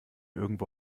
irgendwo